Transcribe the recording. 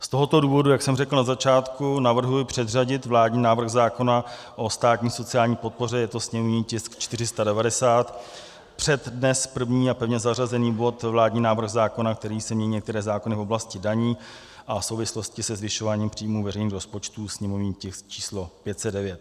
Z tohoto důvodu, jak jsem řekl na začátku, navrhuji předřadit vládní návrh zákona o státní sociální podpoře, je to sněmovní tisk 490, před dnes první a pevně zařazený bod vládní návrh zákona, kterým se mění některé zákony v oblasti daní a v souvislosti se zvyšováním příjmů veřejných rozpočtů, sněmovní tisk číslo 509.